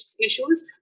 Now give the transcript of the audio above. issues